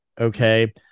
Okay